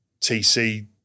TC